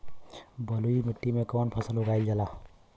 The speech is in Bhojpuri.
बलुई मिट्टी में कवन फसल उगावल जाला?